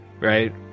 right